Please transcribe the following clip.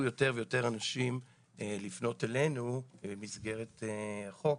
יותר ויותר אנשים לפנות אלינו במסגרת החוק